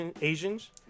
Asians*